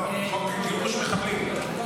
לא, בגירוש מחבלים.